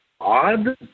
odd